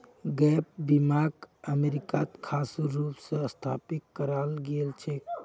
gap बीमाक अमरीकात खास रूप स स्थापित कराल गेल छेक